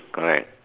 correct